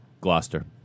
Gloucester